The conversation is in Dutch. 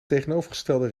tegenovergestelde